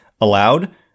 allowed